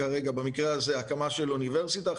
במקרה כזה הקמה של אוניברסיטה,